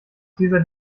dieser